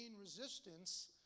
resistance